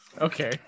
Okay